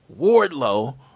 Wardlow